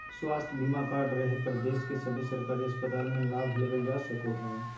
स्वास्थ्य बीमा कार्ड रहे पर देश के सभे सरकारी अस्पताल मे लाभ लेबल जा सको हय